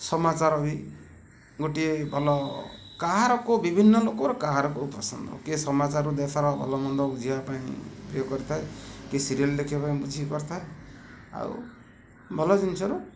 ସମାଚାର ବି ଗୋଟିଏ ଭଲ କାହାର କେଉଁ ବିଭିନ୍ନ ଲୋକର କାହାର କେଉଁ ପସନ୍ଦ କିଏ ସମାଚାର ଦେଶର ଭଲ ମନ୍ଦ ବୁଝିବା ପାଇଁ କରିଥାଏ କିଏ ସିରିଏଲ୍ ଦେଖିବା ପାଇଁ ବୁଝି କରିଥାଏ ଆଉ ଭଲ ଜିନିଷର